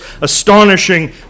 astonishing